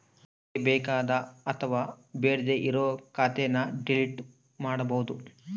ನಮ್ಗೆ ಬೇಕಾದ ಅಥವಾ ಬೇಡ್ಡೆ ಇರೋ ಖಾತೆನ ಡಿಲೀಟ್ ಮಾಡ್ಬೋದು